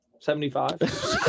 Seventy-five